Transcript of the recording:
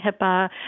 HIPAA